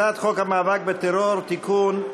הצעת חוק המאבק בטרור (תיקון),